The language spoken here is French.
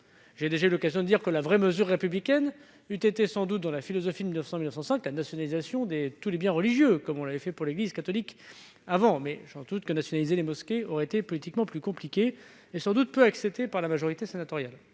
J'ai déjà eu l'occasion de dire que la vraie mesure républicaine eût été sans doute, dans la philosophie de la loi de 1905, la nationalisation de tous les biens religieux, comme on l'a fait pour l'Église catholique à l'époque. Mais je pense que nationaliser les mosquées aurait été politiquement plus compliqué et, d'ailleurs, sans doute mal accepté par la majorité sénatoriale.